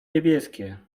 niebieskie